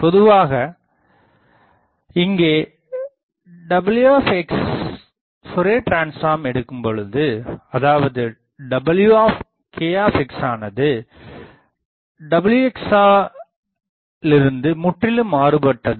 பொதுவாக இங்கே w Fourier transform எடுக்கும்போது அதாவது W ஆனது wலிருந்து முற்றிலும் மாறுபட்டது